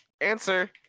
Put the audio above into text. Answer